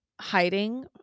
hiding